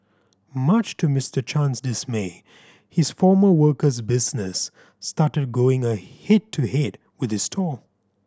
much to Mister Chan's dismay his former worker's business started going a head to head with his stall